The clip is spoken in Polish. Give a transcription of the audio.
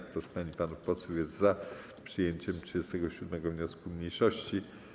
Kto z pań i panów posłów jest za przyjęciem 37. wniosku mniejszości?